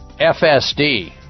FSD